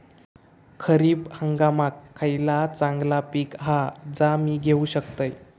खरीप हंगामाक खयला चांगला पीक हा जा मी घेऊ शकतय?